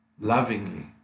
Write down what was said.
lovingly